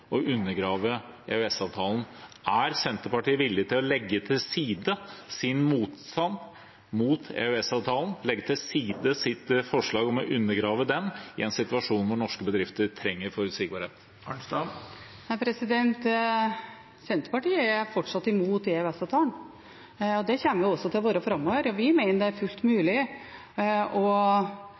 Er Senterpartiet villig til å legge til side sin motstand mot EØS-avtalen, legge til side sitt forslag om å undergrave den, i en situasjon hvor norske bedrifter trenger forutsigbarhet? Nei, Senterpartiet er fortsatt imot EØS-avtalen. Det kommer vi også til å være framover. Vi mener det er fullt mulig å